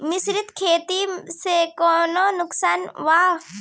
मिश्रित खेती से कौनो नुकसान वा?